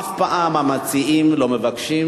אף פעם המציעים לא מבקשים,